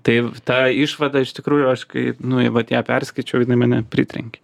tai ta išvada iš tikrųjų aš kai nu vat ją perskaičiau jinai mane pritrenkė